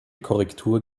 korrektur